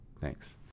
Thanks